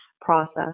process